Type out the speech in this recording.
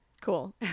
cool